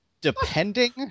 depending